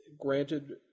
granted